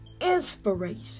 inspiration